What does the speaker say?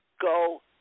go